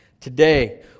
Today